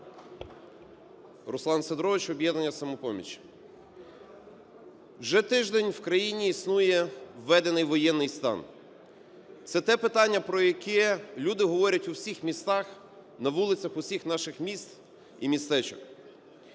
Руслан Сидорович, "Об'єднання "Самопоміч". Вже тиждень в країні існує введений воєнний стан. Це те питання, про яке люди говорять у всіх містах, на вулицях усіх наших міст і містечок.